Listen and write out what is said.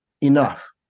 Enough